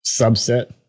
subset